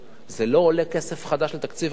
זה לא עולה כסף חדש לתקציב המדינה,